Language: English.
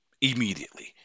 immediately